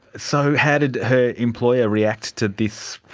so how did her employer react to this,